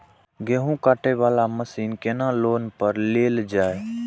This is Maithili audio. गेहूँ काटे वाला मशीन केना लोन पर लेल जाय?